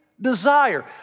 desire